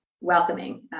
welcoming